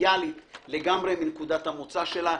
טריוויאלית לגמרי מנקודת המוצא שלה,